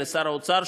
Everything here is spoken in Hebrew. לשר האוצר,